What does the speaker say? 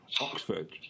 Oxford